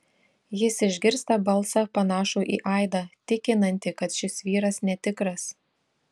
jis išgirsta balsą panašų į aidą tikinantį kad šis vyras netikras